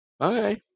Okay